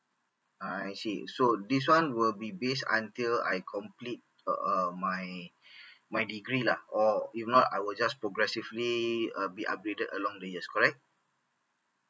I see so this one will be base until I complete uh uh my my degree lah or if not I will just progressively err be upgraded along the years correct